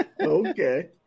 okay